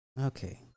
okay